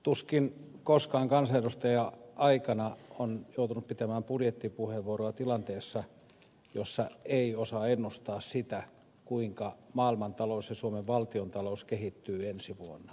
tuskin koskaan kansanedustaja aikana on joutunut pitämään budjettipuheenvuoroa tilanteessa jossa ei osaa ennustaa sitä kuinka maailmantalous ja suomen valtiontalous kehittyy ensi vuonna